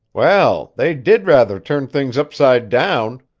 well, they did rather turn things upside down,